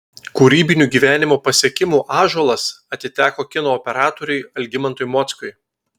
kūrybinių gyvenimo pasiekimų ąžuolas atiteko kino operatoriui algimantui mockui